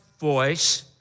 voice